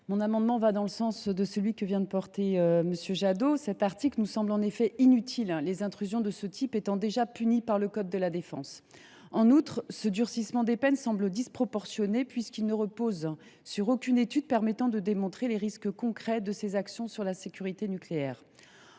Mon amendement a le même objet que celui que vient de défendre M. Jadot : cet article nous semble inutile, les intrusions de ce type étant déjà punies par des dispositions du code de la défense. En outre, le durcissement des peines semble disproportionné, puisqu’il ne repose sur aucune étude qui démontrerait les risques concrets de ces actions sur la sécurité nucléaire.